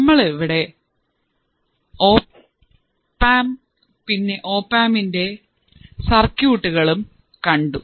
നമ്മളിവിടെ ഓപ്ആമ്പും പിന്നെ ഓപ്ആമ്പിൻറെ സർക്യൂട്ടുകളും കണ്ടു